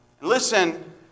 Listen